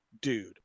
dude